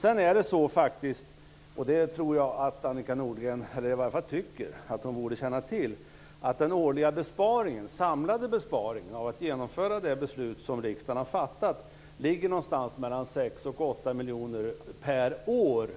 Sedan är det faktiskt så - och det tycker jag att Annika Nordgren borde känna till - att den årliga samlade besparingen av att genomföra det beslut som riksdagen har fattat ligger någonstans mellan 6 och 8 miljoner - per år!